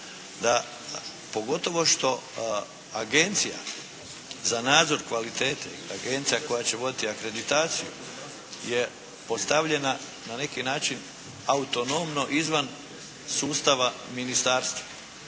Pogotovo što Agencija za nadzor kvalitete ili agencija koja će voditi akreditaciju je postavljena na neki način autonomno izvan sustava ministarstva.